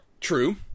true